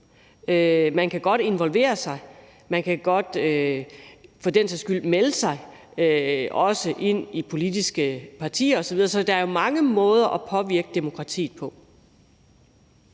Man kan godt involvere sig; man kan godt for den sags skyld også melde sig ind i politiske partier osv. Så der er mange måder at påvirke demokratiet på.